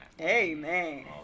Amen